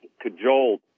cajoled